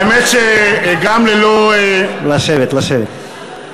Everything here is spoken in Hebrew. האמת שגם ללא, לשבת, לשבת.